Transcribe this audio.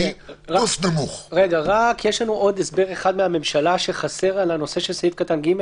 יש לנו עוד הסבר אחד מהממשלה שחסר על הנושא של סעיף קטן (ג).